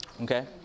okay